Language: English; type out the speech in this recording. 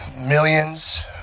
millions